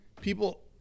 people